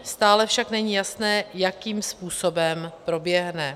Stále však není jasné, jakým způsobem proběhne.